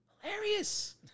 hilarious